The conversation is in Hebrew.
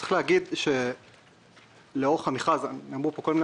צריך להגיד שלאורך המכרז נאמרו פה כל מיני